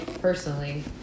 Personally